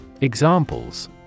Examples